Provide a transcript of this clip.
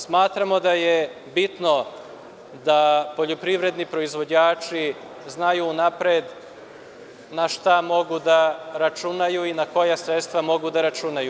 Smatramo da je bitno da poljoprivredni proizvođači znaju unapred na šta mogu da računaju i na koja sredstva mogu da računaju.